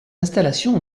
installations